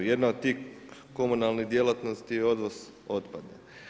Jedna od tih komunalnih djelatnosti je odvoz otpada.